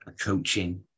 coaching